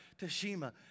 Tashima